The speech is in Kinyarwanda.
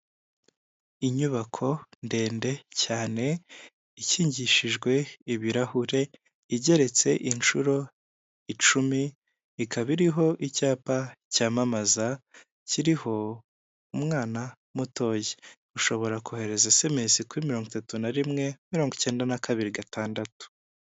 Inyubako ndende cyane ikingishijwe ibirahure igeretse inshuro icumi, ikaba iriho icyapa cyamamaza kiriho umwana mutoya ushobora kohereza esemesi kuri mirongo itatu na rimwe mirongo icyenda na kabiri gatandatu.